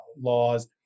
laws